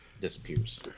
Disappears